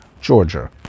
Georgia